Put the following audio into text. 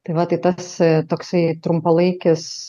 tai va tai tas toksai trumpalaikis